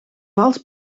vals